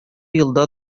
елда